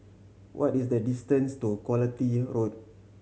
what is the distance to Quality Road